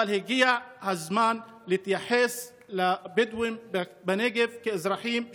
אבל הגיע הזמן להתייחס לבדואים בנגב כאזרחים שווים.